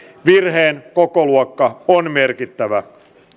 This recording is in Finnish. virheen kokoluokka on merkittävä